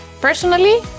Personally